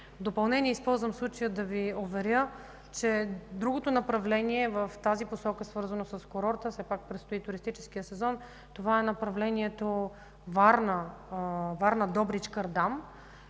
допълнение използвам случая да Ви уверя, че другото направление в тази посока, свързано с курорта, все пак предстои туристическият сезон, това е направлението Варна – Добрич – Кардам,